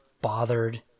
bothered